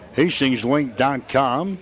hastingslink.com